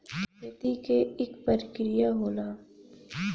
खेती के इक परिकिरिया होला